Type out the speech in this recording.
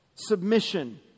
Submission